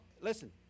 listen